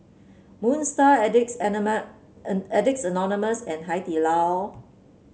Moon Star Addicts and Addicts Anonymous and Hai Di Lao